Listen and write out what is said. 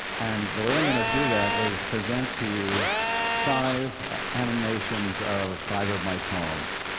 and the way i'm going to do that is present to you five animations of five of my poems.